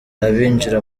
abinjira